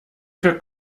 für